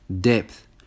depth